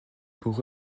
pour